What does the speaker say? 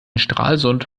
stralsund